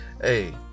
Hey